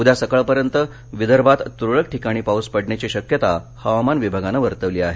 उद्या सकाळपर्यंत विदर्भात तुरळक ठिकाणी पाऊस पडण्याची शक्यता हवामान विभागान वर्तवली आहे